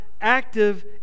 active